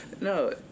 No